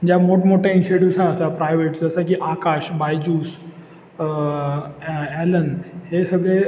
ज्या मोठमोठ्या इन्स्टिट्यूशन असतात प्रायवेट्स जसं की आकाश बायजूस ॲ ॲलन हे सगळे